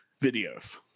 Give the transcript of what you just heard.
videos